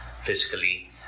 physically